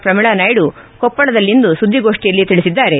ಪ್ರಮೀಳಾ ನಾಯ್ದ ಕೊಪ್ಪಳದಲ್ಲಿಂದು ಸುದ್ದಿಗೋಷ್ಠಿಯಲ್ಲಿ ತಿಳಿಸಿದ್ದಾರೆ